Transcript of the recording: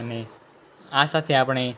અને આ સાથે આપણે